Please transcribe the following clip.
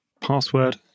password